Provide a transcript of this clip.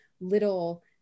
little